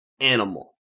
animal